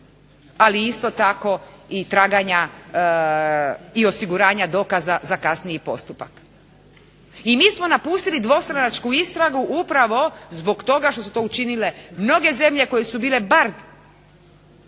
ali isto tako i traganja i osiguranja dokaza za kasniji postupak. I mi smo napustili dvostranačku istragu upravo zbog toga što su to učinile mnoge zemlje koje su bile ...